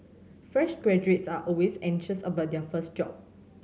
fresh graduates are always anxious about their first job